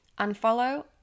Unfollow